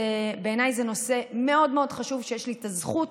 בעיניי זה נושא מאוד מאוד חשוב, ויש לי את הזכות